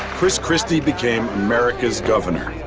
chris christie became america's governor.